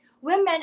women